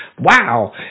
Wow